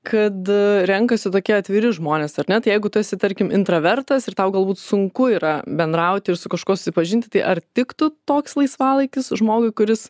kad renkasi tokie atviri žmonės ar ne tai jeigu tu esi tarkim intravertas ir tau galbūt sunku yra bendrauti ir su kažkuo susipažinti tai ar tiktų toks laisvalaikis žmogui kuris